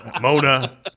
Mona